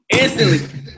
Instantly